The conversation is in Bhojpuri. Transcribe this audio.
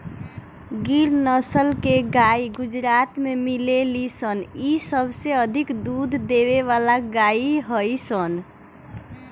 गिर नसल के गाई गुजरात में मिलेली सन इ सबसे अधिक दूध देवे वाला गाई हई सन